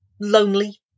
lonely